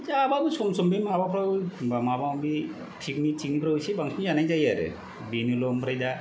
जाबाबो सम सम बे माबाफ्राव बा माबा माबि पिकनिक थिकनिकफ्राव इसे बांसिन जानाय जायो आरो बेनोल' ओमफ्राय दा